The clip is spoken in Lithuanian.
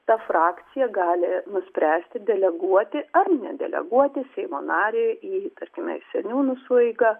ta frakcija gali nuspręsti deleguoti ar nedeleguoti seimo narį į tarkime seniūnų sueigą